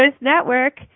Network